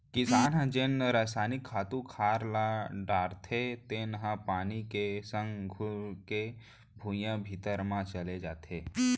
किसान ह जेन रसायनिक खातू खार म डारथे तेन ह पानी के संग घुरके भुइयां भीतरी म चल देथे